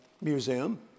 museum